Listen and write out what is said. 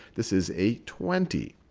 this is a twenty.